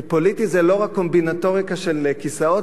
כי "פוליטי" זה לא רק קומבינטוריקה של כיסאות.